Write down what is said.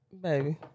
Baby